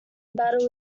battle